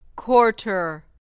Quarter